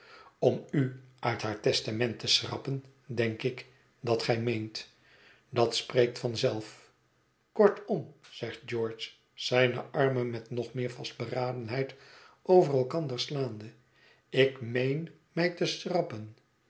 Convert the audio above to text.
om u uit haar testament te schrappen denk ik dat gij meent dat spreekt van zelf kortom zegt george zijne armen met nog meer vastberadenheid over elkander slaande ik meen mij te